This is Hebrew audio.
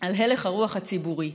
על הלך הרוח הציבורי.